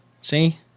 See